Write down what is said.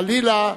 חלילה,